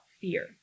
fear